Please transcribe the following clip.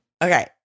Okay